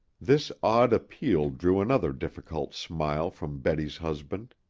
this odd appeal drew another difficult smile from betty's husband.